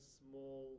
small